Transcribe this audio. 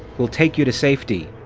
we'll take you to safety!